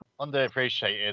Underappreciated